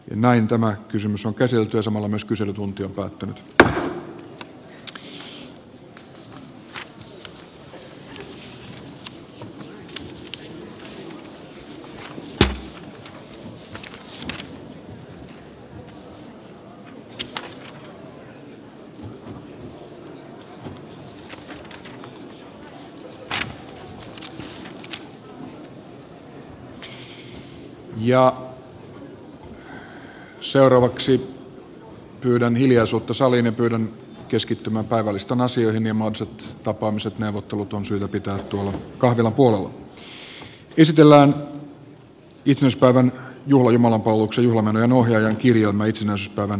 näin tämä kysymys on kai se tuo samalla myös kyselytunti seuraavaksi pyydän hiljaisuutta saliin ja pyydän keskittymään päivälistan asioihin ja mahdolliset tapaamiset ja neuvottelut on syytä pitää kahvilan puolella esitellään itsenäisyyspäivän juhlajumalanpalveluksen juhlamenojenohjaajan kirjelmä itsenäisyyspäivän ekumeenisesta jumalanpalveluksesta